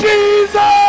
Jesus